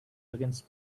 against